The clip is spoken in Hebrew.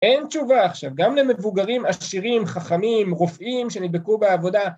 ‫אין תשובה עכשיו גם למבוגרים עשירים, ‫חכמים, רופאים שנדבקו בעבודה.